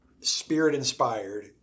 spirit-inspired